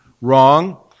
Wrong